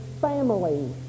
family